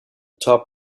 top